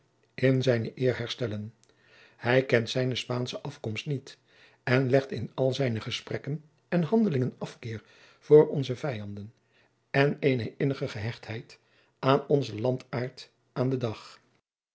in zijne eer herstellen hij kent zijne spaansche afkomst niet en legt in al zijne gesprekken en handelingen afkeer voor onze vijanden en eene innige gehechtheid aan onzen landaart aan den dag